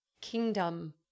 kingdom